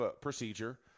procedure